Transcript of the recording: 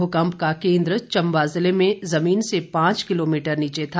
भूकंप का केन्द्र चंबा जिले में जमीन से पांच किलीमीटर नीचे था